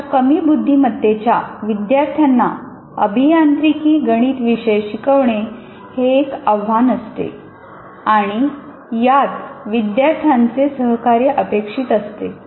अशा कमी बुद्धिमत्तेच्या विद्यार्थ्यांना अभियांत्रिकी गणित विषय शिकवणे हे एक आव्हान असते आणि यात विद्यार्थ्यांचे सहकार्य अपेक्षित असते